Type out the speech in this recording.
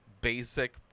basic